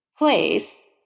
place